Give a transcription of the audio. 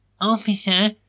Officer